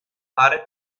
fare